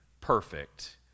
perfect